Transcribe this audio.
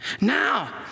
Now